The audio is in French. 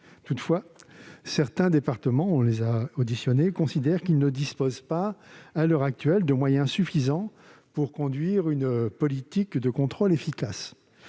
auditionné les représentants -considèrent qu'ils ne disposent pas, à l'heure actuelle, de moyens suffisants pour conduire une politique de contrôle efficace.